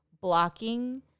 blocking